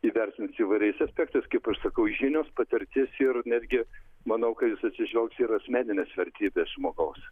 įvertins įvairiais aspektais kaip aš sakau žinios patirtis ir netgi manau ka jis atsižvelgs ir į asmenines vertybes žmogaus